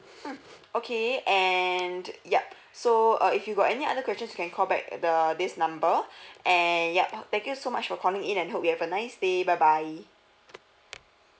mm okay and yup so uh if you got any other questions you can call back at the this number and yup thank you so much for calling in and hope you have a nice day bye bye